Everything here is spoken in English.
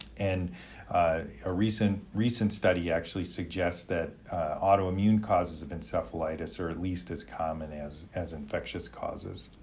and a recent recent study actually suggests that autoimmune causes of encephalitis are at least as common as as infectious causes